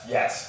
Yes